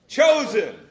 chosen